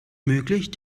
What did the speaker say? möglich